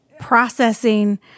processing